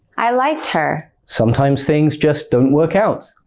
i liked her. sometimes things just don't work out.